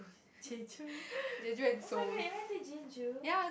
Jeju oh-my-god you went to Jeju